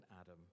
Adam